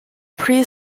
pre